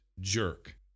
jerk